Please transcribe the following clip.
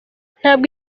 ntabwo